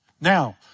Now